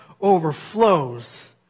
overflows